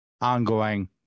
ongoing